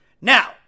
Now